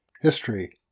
History